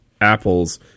apples